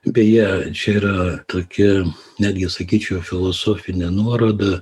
beje čia yra tokia netgi sakyčiau filosofinė nuoroda